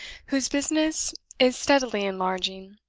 whose business is steadily enlarging,